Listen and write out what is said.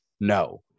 no